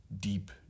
deep